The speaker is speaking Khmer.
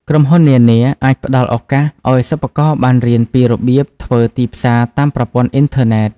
ក្រុមហ៊ុននានាអាចផ្តល់ឱកាសឱ្យសិប្បករបានរៀនពីរបៀបធ្វើទីផ្សារតាមប្រព័ន្ធអ៊ីនធឺណិត។